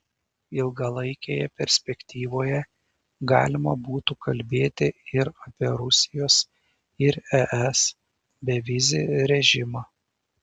ilgalaikėje perspektyvoje galima būtų kalbėti ir apie rusijos ir es bevizį režimą